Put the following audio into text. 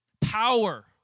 power